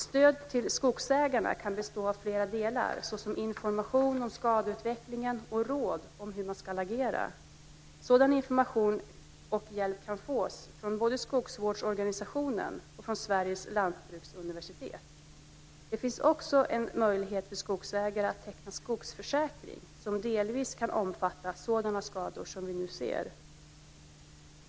Stöd till skogsägarna kan bestå av flera delar såsom information om skadeutvecklingen och råd om hur man ska agera. Sådan information och hjälp kan fås från både Skogsvårdsorganisationen och Sveriges lantbruksuniversitet. Det finns också en möjlighet för skogsägarna att teckna en skogsförsäkring som delvis kan omfatta sådana skador som vi nu ser.